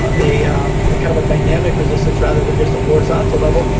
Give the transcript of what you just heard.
ah a a kind of a dynamic resistance rather than just a horizontal level.